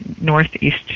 northeast